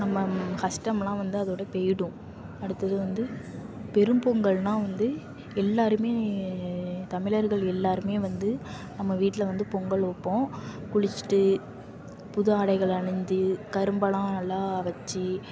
நம்ம கஷ்டம்லாம் வந்து அதோடய போயிடும் அடுத்தது வந்து பெரும்பொங்கல்ன்னால் வந்து எல்லாருமே தமிழர்கள் எல்லாருமே வந்து நம்ம வீட்டில் வந்து பொங்கல் வைப்போம் குளிச்சிட்டு புது ஆடைகள் அணிந்து கரும்பெல்லாம் நல்லா வச்சு